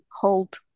hold